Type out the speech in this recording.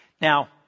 Now